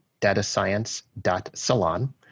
datascience.salon